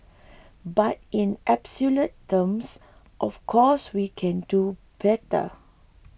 but in absolute terms of course we can do better